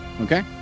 Okay